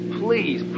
please